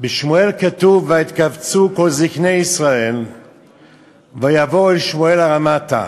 בספר שמואל כתוב: "ויתקבצו כל זקני ישראל ויבואו אל שמואל הרמתה